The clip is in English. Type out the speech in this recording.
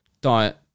diet